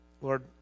Lord